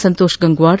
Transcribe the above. Santosh Gangwar